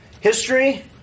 history